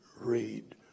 read